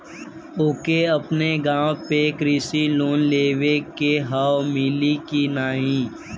ओके अपने नाव पे कृषि लोन लेवे के हव मिली की ना ही?